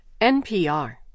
NPR